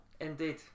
Indeed